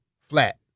flat